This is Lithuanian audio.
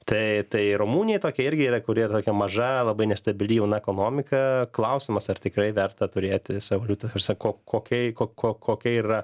tai tai rumunija tokia irgi yra kuri tokia maža labai nestabili jauna ekonomika klausimas ar tikrai verta turėti savo valiutą ta prasme ko ko kokiai ko ko ko kokiai yra